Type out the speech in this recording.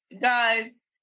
guys